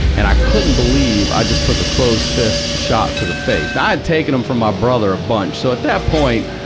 and i couldn't believe i just took a closed fist shot to the face. now i'd taken them from my brother a bunch. so at that point,